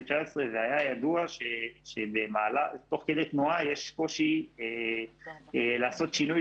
ו-19' והיה ידוע שתוך כדי תנועה יש קושי לעשות שינוי